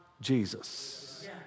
Jesus